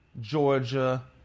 Georgia